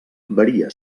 varia